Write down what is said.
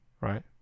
right